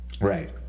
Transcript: Right